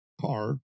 car